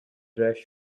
dress